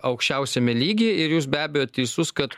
aukščiausiame lygyje ir jūs be abejo teisus kad